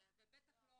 בטח לא